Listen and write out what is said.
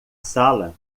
sala